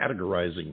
categorizing